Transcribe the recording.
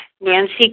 Nancy